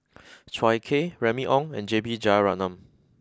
Chua Ek Kay Remy Ong and J B Jeyaretnam